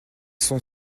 sont